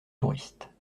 touristes